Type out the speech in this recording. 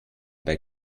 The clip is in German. bei